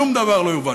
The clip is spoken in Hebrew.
שום דבר לא יובן,